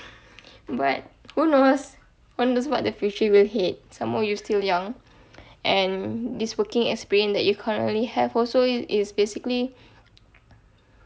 but who knows who knows what the future will head some more you still young and this working experience that you currently have also it's basically